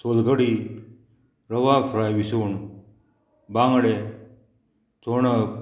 सोलगडी rava fry विसवण बांगडे चोणक